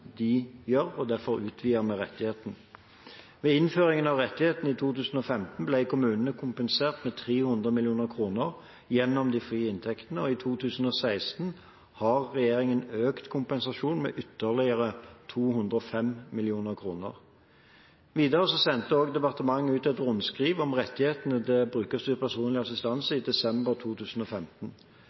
de gjør. Derfor utvidet vi rettigheten. Ved innføringen av rettigheten i 2015 ble kommunene kompensert med 300 mill. kr gjennom de frie inntektene. I 2016 har regjeringen økt kompensasjonen med ytterligere 205 mill. kr. Videre sendte departementet ut et rundskriv om rettigheten til brukerstyrt personlig assistanse i desember 2015.